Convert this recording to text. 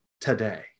today